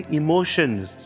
emotions